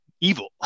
Evil